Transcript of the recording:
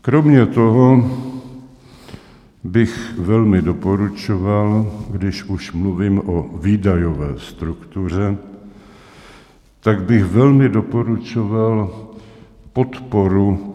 Kromě toho bych velmi doporučoval, když už mluvím o výdajové struktuře, tak bych velmi doporučoval podporu COVID III.